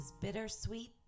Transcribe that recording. Bittersweet